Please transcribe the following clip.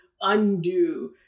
undo